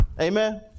Amen